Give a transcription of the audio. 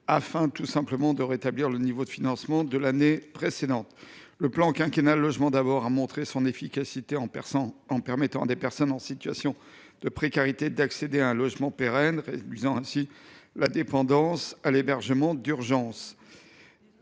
afin de rétablir le niveau de financement de l’année précédente. Le plan quinquennal Logement d’abord a montré son efficacité en permettant à des personnes en situation de précarité d’accéder à un logement pérenne, réduisant ainsi la dépendance à l’hébergement d’urgence.